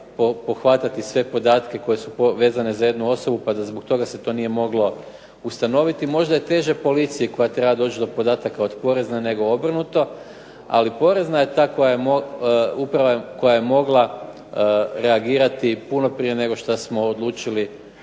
pohvatati sve podatke koje su vezane za jednu osobu pa da zbog toga se to nije moglo ustanoviti. Možda je teže policiji koja treba doći do podataka od porezne nego obrnuto. Ali, porezna je ta koja je mogla reagirati puno prije nego što smo odlučili